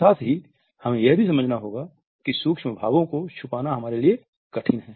साथ ही हमें यह भी समझना होगा कि सूक्ष्म भावों को छुपाना हमारे लिए कठिन है